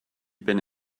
been